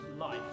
life